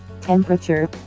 temperature